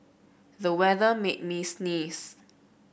the weather made me sneeze